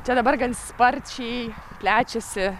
čia dabar gan sparčiai plečiasi